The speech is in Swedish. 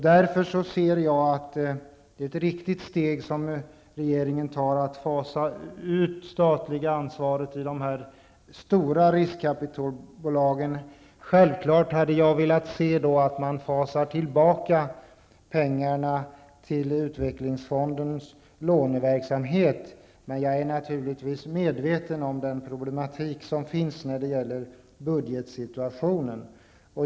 Därför tycker jag att det är ett riktigt steg som regeringen tar att fasa ut det statliga ansvaret i de stora riskkapitalbolagen. Självfallet hade jag velat se att man fasade tillbaka pengarna till utvecklingsfondens låneverksamhet. Men jag är naturligtvis medveten om den problematik som finns när det gäller budgetsituationen.